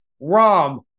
Rom